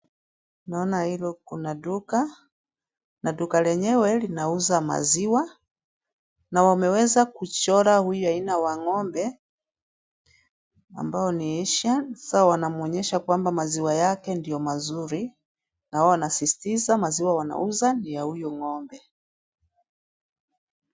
Tunaona hilo kuna duka na duka lenyewe linauza maziwa na wameweza kuchora huyo aina wa ngombe, ambao ni Ayshire . Sasa wanaonyesha kwamba maziwa yake ndio mazuri na wanasisitiza maziwa wanayouza ni ya huyu ng'ombe.